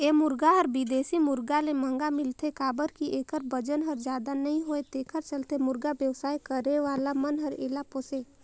ए मुरगा हर बिदेशी मुरगा ले महंगा मिलथे काबर कि एखर बजन हर जादा नई होये तेखर चलते मुरगा बेवसाय करे वाला मन हर एला पोसे